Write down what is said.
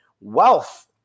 wealth